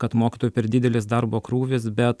kat mokytojų per didelis darbo krūvis bet